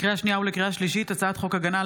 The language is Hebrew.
-- לקריאה שנייה ולקריאה שלישית: הצעת חוק הגנה על